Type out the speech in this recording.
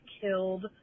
killed